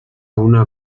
una